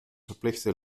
verplichte